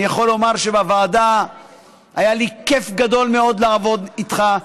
אני יכול לומר שבוועדה היה לי כיף גדול מאוד לעבוד איתך,